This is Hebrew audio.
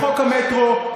לחוק המטרו,